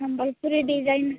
Sambalpuri design